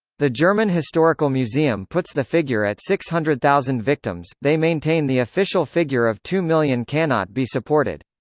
the german historical museum puts the figure at six hundred thousand victims, they maintain the official figure of two million cannot be supported.